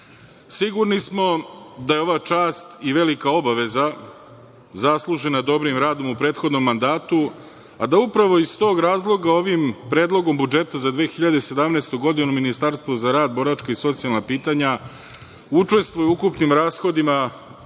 Sigurni smo da je ova čast i velika obaveza zaslužena dobrim radom u prethodnom mandatu, pa da upravo iz tog razloga ovim Predlogom budžeta za 2017. godinu Ministarstvo za rad, boračka i socijalna pitanja učestvuje u ukupnim rashodima